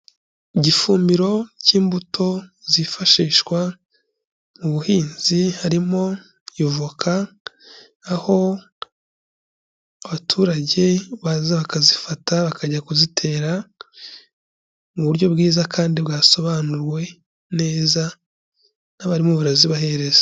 Igifumbiro cy'imbuto zifashishwa mu buhinzi harimo avoka aho abaturage baza bakazifata bakajya kuzitera mu buryo bwiza kandi bwasobanuwe neza n'abarimu barazibahereza.